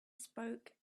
spoke